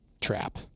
trap